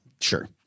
Sure